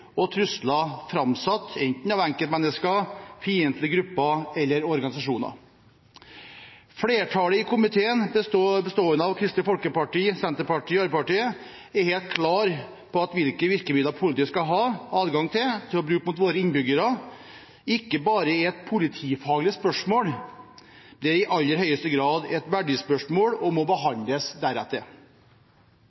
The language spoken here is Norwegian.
og trusler framsatt enten av enkeltmennesker, fiendtlige grupper eller organisasjoner. Et flertall i komiteen, bestående av Kristelig Folkeparti, Senterpartiet og Arbeiderpartiet, er helt klar på at hvilke virkemidler politiet skal ha adgang til å bruke mot våre innbyggere, ikke bare er et politifaglig spørsmål. Det er i aller høyeste grad et verdispørsmål og må behandles deretter.